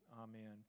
Amen